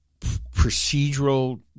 procedural